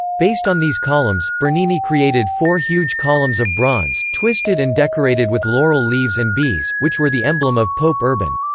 based on these columns, bernini created four huge columns of bronze, twisted and decorated with laurel leaves and bees, which were the emblem of pope urban.